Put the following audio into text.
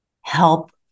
help